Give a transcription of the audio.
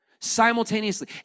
Simultaneously